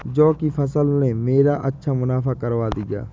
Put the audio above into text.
जौ की फसल ने मेरा अच्छा मुनाफा करवा दिया